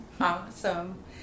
Awesome